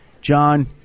John